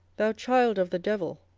thou child of the devil,